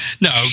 No